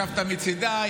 ישבת מצדדי,